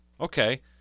Okay